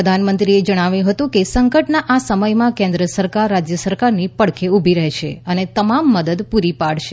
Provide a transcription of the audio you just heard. પ્રધાનમંત્રીએ એ જણાવ્યુ હતું કે સંકટના આ સમયમાં કેન્દ્ર સરકાર રાજ્ય સરકારની પડખે ઊભી રહેશે અને તમામ મદદ પૂરી પાડશે